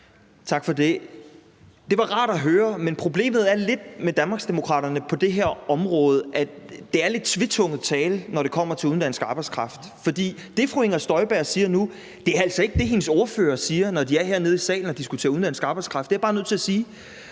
Tak for det. Det var rart at høre. Men problemet er lidt med Danmarksdemokraterne på det her område, at det er lidt tvetunget tale, når det kommer til udenlandsk arbejdskraft. For det, fru Inger Støjberg siger nu, er altså ikke det, hendes ordførere siger, når de er hernede i salen og diskuterer udenlandsk arbejdskraft. Det er jeg bare nødt til at sige.